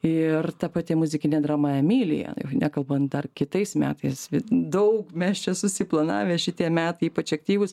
ir ta pati muzikinė drama emilija nekalbant dar kitais metais daug mes čia susiplanavę šitie metai ypač aktyvūs